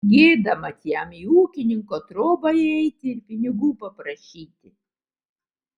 gėda mat jam į ūkininko trobą įeiti ir pinigų paprašyti